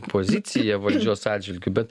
poziciją valdžios atžvilgiu bet